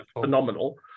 phenomenal